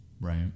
Right